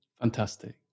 fantastic